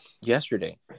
yesterday